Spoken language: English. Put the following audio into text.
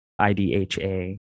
IDHA